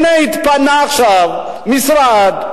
הנה התפנה עכשיו משרד.